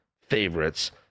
favorites